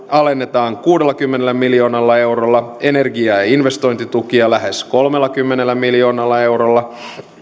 alennetaan kuudellakymmenellä miljoonalla eurolla energia ja investointitukia lähes kolmellakymmenellä miljoonalla eurolla